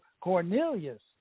Cornelius